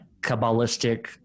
Kabbalistic